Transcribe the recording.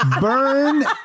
Burn